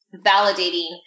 validating